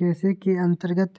केसी के अंतर्गत